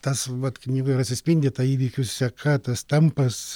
tas vat knygoj ir atsispindi ta įvykių seka tas tempas